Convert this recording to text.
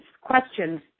questions